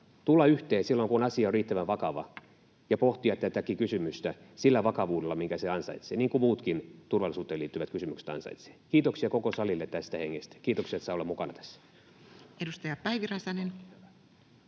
tulla yhteen silloin, kun asia on riittävän vakava, ja pohtia tätäkin kysymystä sillä vakavuudella, minkä se ansaitsee, niin kuin muutkin turvallisuuteen liittyvät kysymykset ansaitsevat. Kiitoksia koko salille tästä hengestä. Kiitoksia, että saan olla mukana tässä.